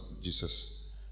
Jesus